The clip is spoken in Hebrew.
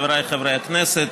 חבריי חברי הכנסת,